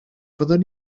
fyddwn